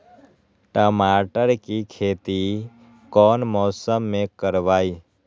टमाटर की खेती कौन मौसम में करवाई?